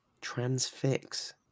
Transfix